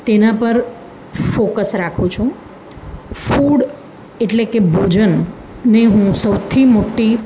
તેના પર ફોકસ રાખું છું ફૂડ એટલે કે ભોજનને હું સૌથી મોટી